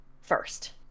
first